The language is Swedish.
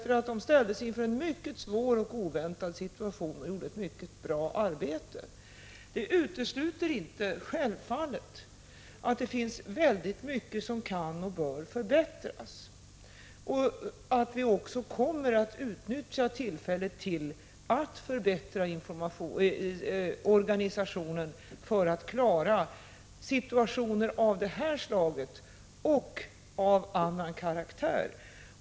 Myndigheterna ställdes inför en mycket svår och oväntad situation och gjorde ett mycket gott arbete. Detta utesluter självfallet inte att det finns väldigt mycket som kan och bör förbättras. Vi kommer också att utnyttja tillfället att förbättra organisationen för att klara situationer av det här slaget och även av annan karaktär.